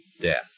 death